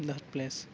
that place